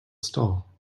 stall